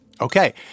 Okay